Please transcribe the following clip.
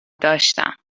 داشتم